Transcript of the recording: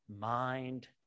mind